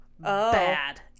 Bad